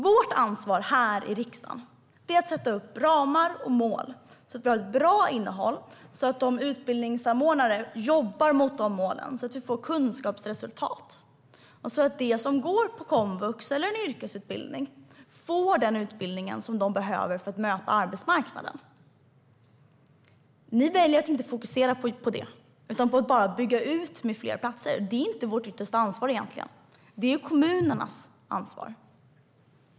Vårt ansvar här i riksdagen är att sätta upp ramar och mål så att vi får ett bra innehåll, så att utbildningssamordnarna jobbar mot dessa mål, så att vi får kunskapsresultat och så att de som går på komvux eller som går en yrkesutbildning får den utbildning som de behöver för att möta arbetsmarknaden. Ni väljer att inte fokusera på det utan bara på att bygga ut med fler platser. Det är egentligen inte vårt yttersta ansvar. Det är kommunernas ansvar.